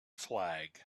flag